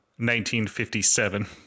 1957